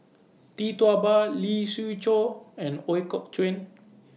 Tee Tua Ba Lee Siew Choh and Ooi Kok Chuen